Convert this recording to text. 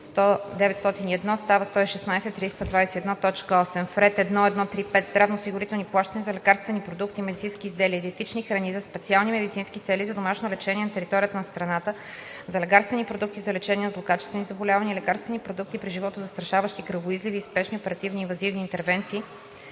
901,0“ става „116 321,8“. - в ред 1.1.3.5 здравноосигурителни плащания за лекарствени продукти, медицински изделия и диетични храни за специални медицински цели за домашно лечение на територията на страната, за лекарствени продукти за лечение на злокачествени заболявания и лекарствени продукти при животозастрашаващи кръвоизливи и спешни оперативни и инванзивни интервенции